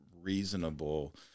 reasonable